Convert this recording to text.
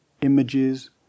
images